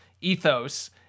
ethos